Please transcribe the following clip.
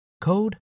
code